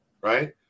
Right